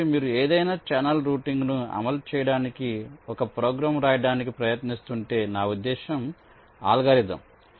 కాబట్టి మీరు ఏదైనా ఛానెల్ రౌటింగ్ను అమలు చేయడానికి ఒక ప్రోగ్రామ్ రాయడానికి ప్రయత్నిస్తుంటే నా ఉద్దేశ్యం అల్గోరిథం